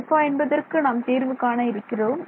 alpha என்பதற்கு நாம் தீர்வு காண இருக்கிறோம்